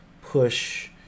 push